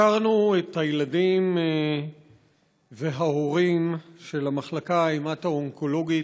ביקרנו את הילדים וההורים של המחלקה ההמטו-אונקולוגית.